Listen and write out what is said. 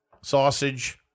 sausage